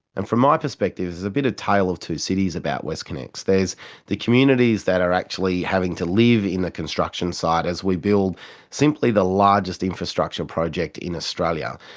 and from my perspective, there's a bit of a tale of two cities about westconnex. there's the communities that are actually having to live in the construction site as we build simply the largest infrastructure project in australia.